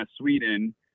Sweden